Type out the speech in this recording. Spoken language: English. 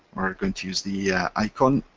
we're going to use the yeah icon